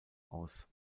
aus